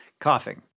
Coughing